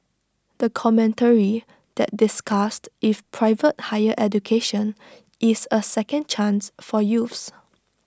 the commentary that discussed if private higher education is A second chance for youths